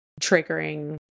triggering